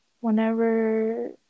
whenever